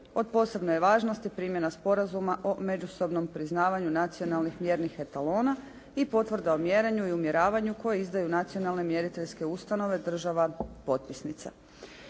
Od posebne je važnosti primjena sporazuma o međusobnom priznavanju nacionalnih mjernih etalona i potvrda o mjerenju i umjeravanju koje izdaju nacionalne mjeriteljske ustanove država potpisnica.